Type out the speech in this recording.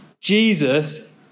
Jesus